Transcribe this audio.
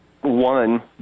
one